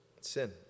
Sin